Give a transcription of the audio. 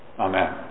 Amen